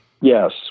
Yes